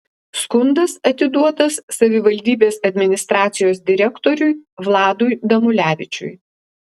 skundas atiduotas savivaldybės administracijos direktoriui vladui damulevičiui